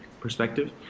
perspective